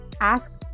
Ask